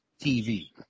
TV